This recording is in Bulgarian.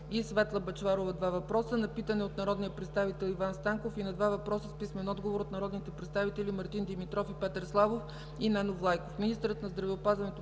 Светла Бъчварова (два въпроса), на питане от народния представител Иван Станков, и на два въпроса с писмен отговор от народните представители Мартин Димитров и Петър Славов; и Нено Влайков;